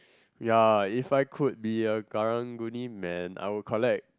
ya if I could be a Karang-Guni man I would collect